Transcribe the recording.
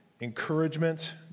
encouragement